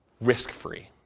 risk-free